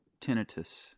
tinnitus